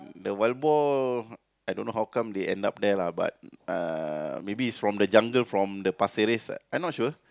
the wild boar I don't know how they end up there lah maybe is from the jungle from Pasir-Ris I not sure